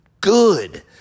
good